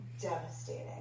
devastating